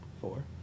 Four